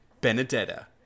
Benedetta